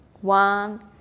one